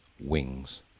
Wings